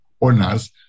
owners